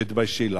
תתביישי לך.